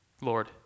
Lord